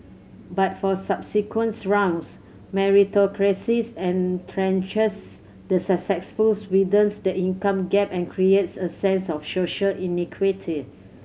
but for subsequent rounds meritocracy entrenches the successful widens the income gap and creates a sense of social inequity